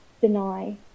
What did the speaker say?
deny